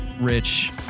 Rich